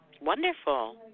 Wonderful